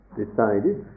decided